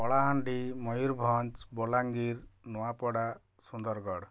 Kalahandi Mayurbhanj Balangir Nuapada Sundargarh